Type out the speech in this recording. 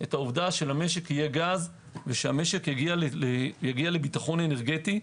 את העובדה שלמשק יהיה גז ושהוא יגיע לביטחון אנרגטי.